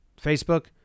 Facebook